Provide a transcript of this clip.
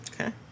Okay